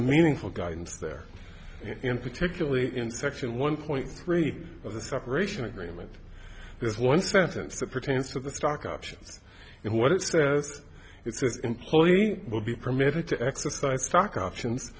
a meaningful guidance there in particularly in section one point three of the separation agreement there's one sentence that pertains to the stock options and what it says its employees will be permitted to exercise stock options